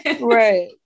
right